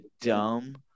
dumb